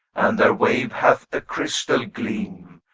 and their wave hath a crystal gleam.